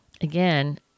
Again